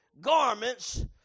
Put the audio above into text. garments